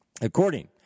according